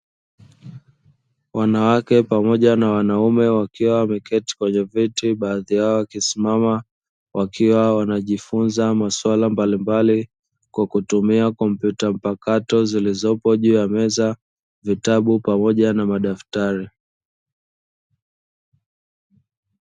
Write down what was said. Wanawake pamoja na wanaume wakiwa wameketi kwenye viti baadhi yao wakisimama, wakiwa wanajifunza maswala mbalimbali kwa kutumia kompyuta mpakato zilizopo juu ya meza, vitabu pamoja na madaftari.